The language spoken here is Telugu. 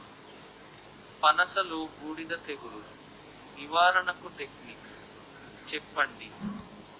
పనస లో బూడిద తెగులు నివారణకు టెక్నిక్స్ చెప్పండి?